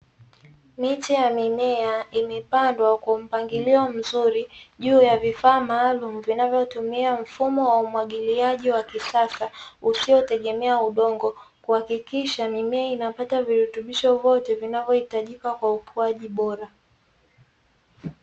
Miche ya mimea, imepandwa kwa mpangilio mzuri juu ya vifaa maalumu vinavyotumia mfumo wa umwagiliaji wa kisasa usiotegemea udongo, kuhakikisha mimea inapata virutubisho vyote vinavyohitajika kwa ukuaji bora.